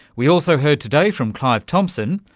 we also heard today from clive thompson,